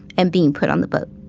and being put on the boat.